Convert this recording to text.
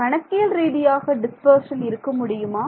கணக்கியல் ரீதியாக டிஸ்பர்ஷன் இருக்க முடியுமா